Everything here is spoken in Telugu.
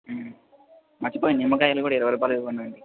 మర్చిపోయాను నిమ్మకాయలు కూడా ఇరవై రుపాయలకి ఇవ్వమనండి